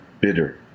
bitter